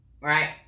right